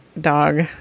dog